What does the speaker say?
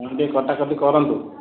କ'ଣ ଟିକେ କଟାକଟି କରନ୍ତୁ